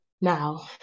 Now